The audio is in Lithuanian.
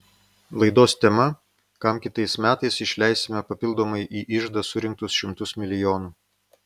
laidos tema kam kitais metais išleisime papildomai į iždą surinktus šimtus milijonų